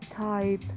type